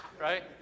right